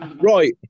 Right